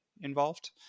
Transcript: involved